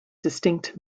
distinct